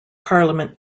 parliament